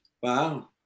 Wow